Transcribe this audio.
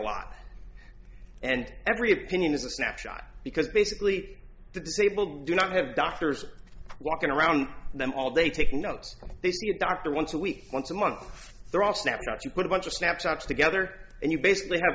lot and every opinion is a snapshot because basically the disabled do not have doctors walking around them all day taking notes they see a doctor once a week once a month they're all snapshots you put a bunch of snapshots together and you basically have